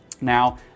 Now